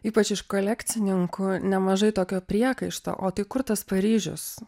ypač iš kolekcininkų nemažai tokio priekaišto o tai kur tas paryžius